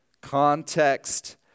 Context